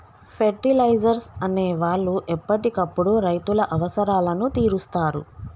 fertilisers అనే వాళ్ళు ఎప్పటికప్పుడు రైతుల అవసరాలను తీరుస్తారు